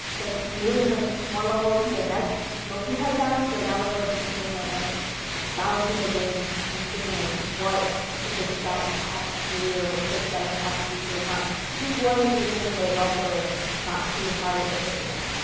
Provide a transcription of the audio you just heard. the moving from one level to the next motion part down, so now we're working mainly on like balancing the game and seeing like what should the stat caps be, or what should the starting caps be, so it's not too boring at the beginning, but it's also like not too hard at the very end.